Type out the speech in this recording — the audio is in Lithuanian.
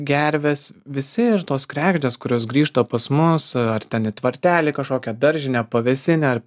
gervės visi ir tos kregždės kurios grįžta pas mus ar ten į tvartelį kažkokią daržinę pavėsinę ar